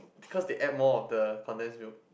because they add more of the condense milk